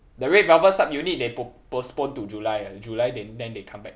the red velvet subunit they po~ postpone to july ah july then then they come back